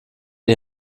die